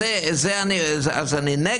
אז אני מבין שבנושא הזה אתה יותר עם לוין.